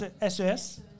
S-E-S